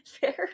Fair